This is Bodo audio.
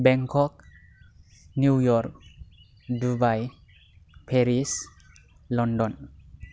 Bangkok New York Dubai Paris London